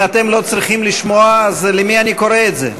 אם אתם לא צריכים לשמוע, אז למי אני קורא את זה?